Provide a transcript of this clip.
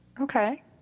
Okay